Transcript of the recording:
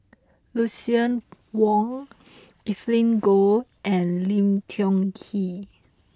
Lucien Wang Evelyn Goh and Lim Tiong Ghee